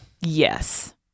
Yes